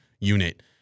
unit